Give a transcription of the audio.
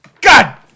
God